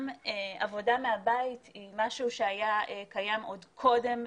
שעבודה מהבית היא משהו שהיה קיים עוד קודם